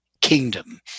kingdom